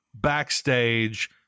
backstage